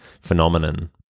phenomenon